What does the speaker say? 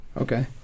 Okay